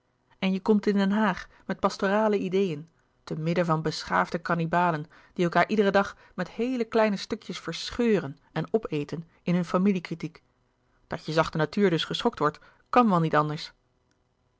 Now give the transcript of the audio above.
en je komt in den haag met pastorale ideeën te midden van beschaafde kannibalen die elkaâr iederen dag met heele kleine stukjes verscheuren en opeten in hun familie kritiek dat je zachte natuur dus geschokt wordt kan wel niet anders